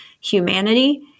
humanity